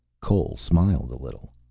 cole smiled a little,